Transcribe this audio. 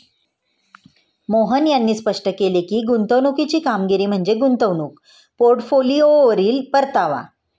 मोहन यांनी स्पष्ट केले की, गुंतवणुकीची कामगिरी म्हणजे गुंतवणूक पोर्टफोलिओवरील परतावा